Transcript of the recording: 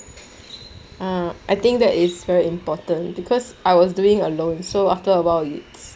orh I think that is very important because I was doing alone so after awhile it's